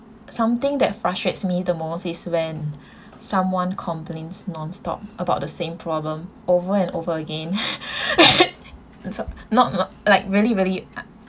something that frustrates me the most is when someone complaints nonstop about the same problem over and over again and so not not like very very